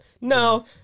No